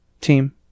team